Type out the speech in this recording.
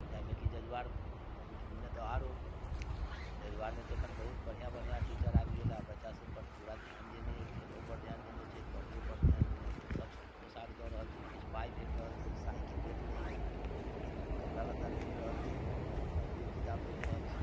जाहिमे कि जजुआरमे तऽ आरो जजुआरमे तऽ एखन बहुत बढ़िआँ बढ़िआँ टीचर आबि गेल यऽ आ बच्चा सब पर तऽ पूरा ध्यान देने अइ खेलहो पर ध्यान देने छै पढ़ाइयो पर ध्यान देने छै सब पोशाक दऽ रहल छै किछु पाइ भेट रहल छै साइकिल भेटलैया कपड़ा लत्ता भेट रहल छै कॉपियो किताब भेट रहल छै